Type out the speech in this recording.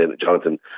Jonathan